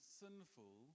sinful